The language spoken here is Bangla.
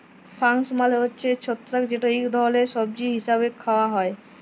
ফাঙ্গাস মালে হছে ছত্রাক যেট ইক ধরলের সবজি হিসাবে খাউয়া হ্যয়